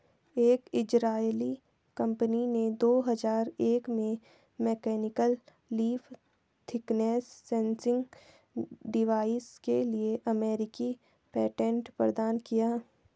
एक इजरायली कंपनी ने दो हजार एक में mechanical leaf thickness sensing device के लिए अमेरिकी पेटेंट प्रदान किया